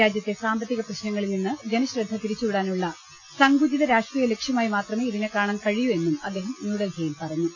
രാജ്യത്തെ സാമ്പത്തിക പ്രശ്നങ്ങളിൽ നിന്ന് ജനശ്രദ്ധ തിരിച്ചു വിടാനുള്ള സങ്കുചിത രാഷ്ട്രീയ ലക്ഷ്യമായി മാത്രമേ ഇതിനെ കാണാൻ കഴിയൂ എന്ന് അദ്ദേഹം ന്യൂഡൽഹി യിൽ പറഞ്ഞു